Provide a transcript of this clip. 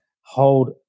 hold